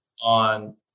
on